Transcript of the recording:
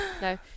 No